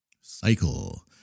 cycle